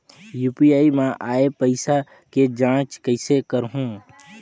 UPI मा आय पइसा के जांच कइसे करहूं?